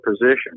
position